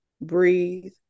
breathe